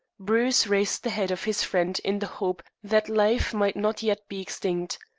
bruce raised the head of his friend in the hope that life might not yet be extinct.